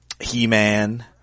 He-Man